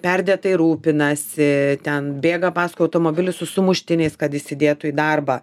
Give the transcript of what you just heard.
perdėtai rūpinasi ten bėga paskui automobilį su sumuštiniais kad įsidėtų į darbą